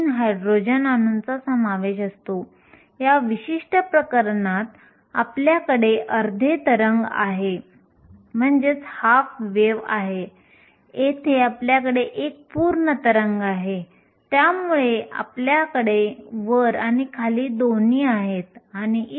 ही अशी सामग्री आहे जी चौकाटमधील अर्धसंवाहकांमध्ये एकल स्फटिक आहे आणि त्यामध्ये अशुद्धता किंवा दोष नाहीत